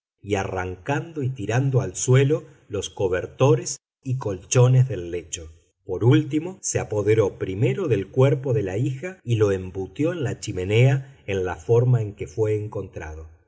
y arrancando y tirando al suelo los cobertores y colchones del lecho por último se apoderó primero del cuerpo de la hija y lo embutió en la chimenea en la forma en que fué encontrado